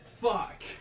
Fuck